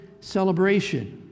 celebration